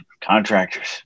contractors